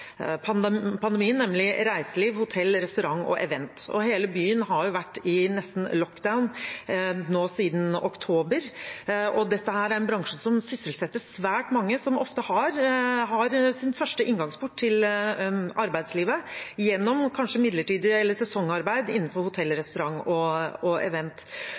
for pandemien, nemlig reiseliv, hotell, restaurant og event. Hele byen har nesten vært i lockdown nå siden oktober. Dette er en bransje som sysselsetter svært mange som ofte har sin første inngangsport til arbeidslivet gjennom kanskje midlertidig arbeid eller sesongarbeid innenfor hotell, restaurant og event.